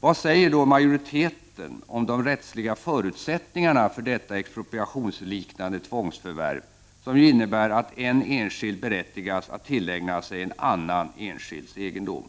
Vad säger då majoriteten om de rättsliga förutsättningarna för detta expropriationsliknande tvångsförvärv, som ju innebär att en enskild berättigas att tillägna sig en annan enskilds egendom?